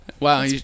Wow